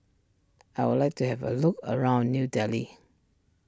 I would like to have a look around New Delhi